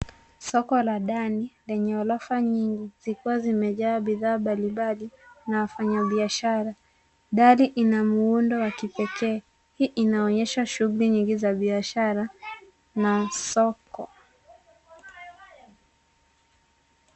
Soko la ndani lenye ghorofa nyingi likiwa limejaa bidhaa mbali mbali na wafanyi biashara. Dari ina muundo wa kipekee. Hii inaonyesha shughuli nyingi za biashara na soko.